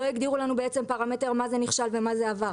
לא הגדירו לנו פרמטרים של מה זה נכשל ומה זה עבר.